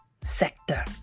sector